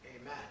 Amen